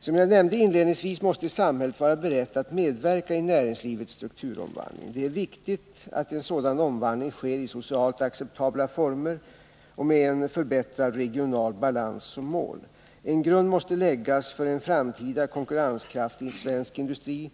Som jag nämnde inledningsvis måste samhället vara berett att medverka i näringslivets strukturomvandling. Det är viktigt att en sådan omvandling sker i socialt acceptabla former och med en förbättrad regional balans som mål. En grund måste läggas för en framtida konkurrenskraftig svensk industri.